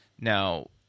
now